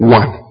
one